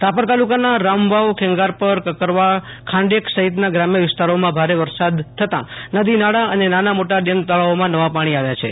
રાપર તાલુકાના રામવાવ ખેંગારપરકકરવાખાંડેક સહિતના ગ્રામ્યા વિસ્તારોમાં ભારે વરસાદ થતાં નદી નાળા અને નાના મોટા ડેમ તળાવોમાં નવા પાણી આવ્યા છે